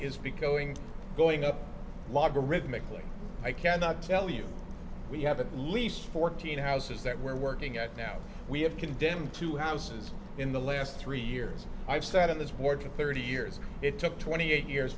is be coing going up logarithmically i cannot tell you we have at least fourteen houses that we're working at now we have condemned two houses in the last three years i've sat on this board thirty years it took twenty eight years